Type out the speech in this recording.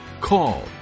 call